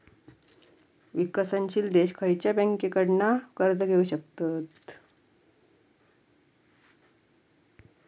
विकसनशील देश खयच्या बँकेंकडना कर्ज घेउ शकतत?